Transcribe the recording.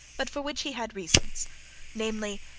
but for which he had reasons namely,